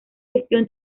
gestión